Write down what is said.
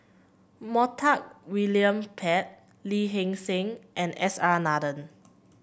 Montague William Pett Lee Hee Seng and S R Nathan